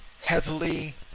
heavily